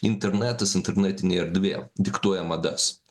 internetas internetinė erdvė diktuoja madas